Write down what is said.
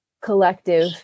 collective